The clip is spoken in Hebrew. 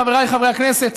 חבריי חברי הכנסת,